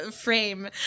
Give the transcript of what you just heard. frame